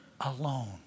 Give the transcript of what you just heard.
alone